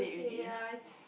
okay ya it's